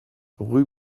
rue